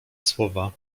słowa